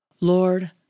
Lord